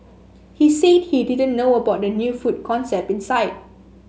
he said he didn't know about the new food concept inside